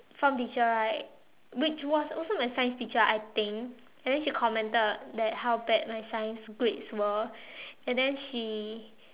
form teacher right which was also my science teacher I think and then she commented that how bad my science grades were and then she